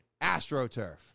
AstroTurf